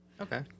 Okay